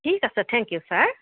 ঠিক আছে thank you sir